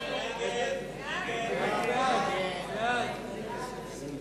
הצעת סיעות רע"ם-תע"ל חד"ש בל"ד להביע